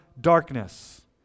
darkness